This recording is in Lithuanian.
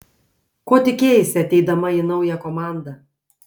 ko tikėjaisi ateidama į naują komandą